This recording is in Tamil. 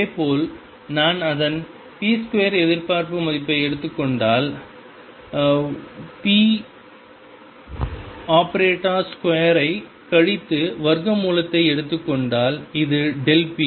இதேபோல் நான் அதன் p2 எதிர்பார்ப்பு மதிப்பை எடுத்துக் கொண்டால் ⟨p⟩2 ஐக் கழித்து வர்க்க மூலத்தை எடுத்துக் கொண்டால் இது p